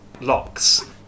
locks